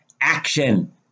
action